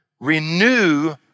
renew